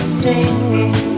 singing